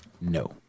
No